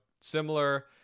similar